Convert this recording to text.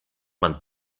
man